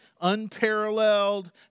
unparalleled